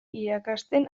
irakasten